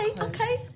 okay